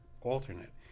alternate